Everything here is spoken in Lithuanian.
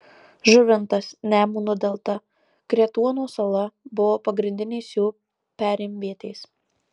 žuvintas nemuno delta kretuono sala buvo pagrindinės jų perimvietės